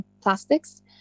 plastics